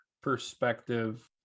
perspective